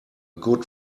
good